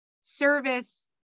Service